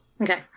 Okay